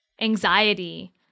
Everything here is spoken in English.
anxiety